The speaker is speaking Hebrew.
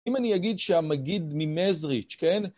אם אני אגיד שהמגיד ממזריטש, כן?